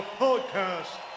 podcast